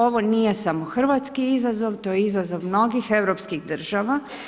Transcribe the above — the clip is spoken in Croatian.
Ovo nije samo hrvatski izazov, to je izazov mnogih europskih država.